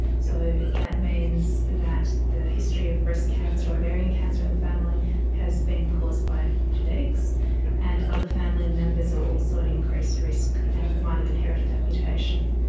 so that means that the history of breast cancer or ovarian cancer in the family has been caused by genetics and other family members are also at increased risk and might have inherited that mutation.